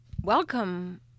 Welcome